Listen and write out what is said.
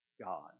God